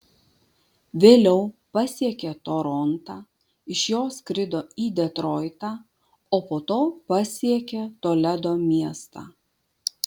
vėliau pasiekė torontą iš jo skrido į detroitą o po to pasiekė toledo miestą